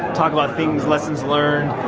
talk about things, lessons learned,